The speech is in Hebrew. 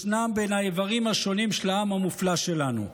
בין האיברים השונים של העם המופלא שלנו.